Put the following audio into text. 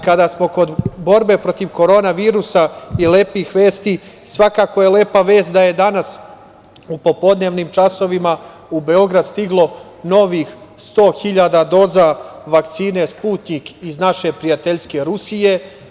Kada smo kod borbe protiv korona virusa i lepih vesti, svakako je lepa vest da je danas u popodnevnim časovima u Beograd stiglo novih 100.000 doza vakcine „Sputnjik“ iz naše prijateljske Rusije.